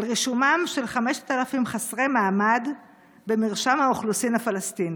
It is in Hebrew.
על רישומם של 5,000 חסרי מעמד במרשם האוכלוסין הפלסטיני.